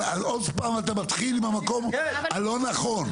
אבל עוד פעם אתה מתחיל עם המקום הלא נכון,